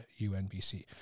UNBC